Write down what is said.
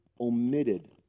omitted